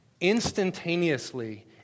Instantaneously